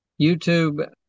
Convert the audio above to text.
YouTube